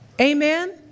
amen